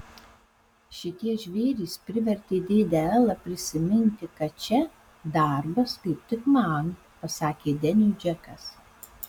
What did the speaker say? šitie žvėrys privertė dėdę elą prisiminti kad čia darbas kaip tik man pasakė deniui džekas